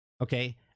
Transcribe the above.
okay